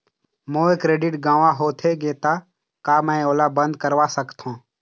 मोर credit गंवा होथे गे ता का मैं ओला बंद करवा सकथों?